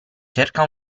cerca